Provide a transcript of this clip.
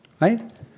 right